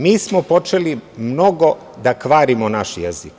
Mi smo počeli mnogo da kvarimo naš jezik.